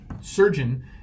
surgeon